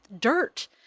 dirt